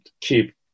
keep